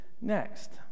next